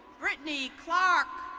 brittany clark.